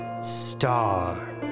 star